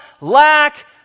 lack